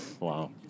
Wow